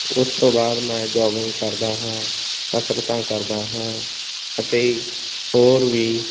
ਉਸ ਤੋਂ ਬਾਅਦ ਮੈਂ ਜੋਗਿੰਗ ਕਰਦਾ ਹਾਂ ਕਸਰਤਾਂ ਕਰਦਾ ਹਾਂ ਅਤੇ ਹੋਰ ਵੀ